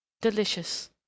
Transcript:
Delicious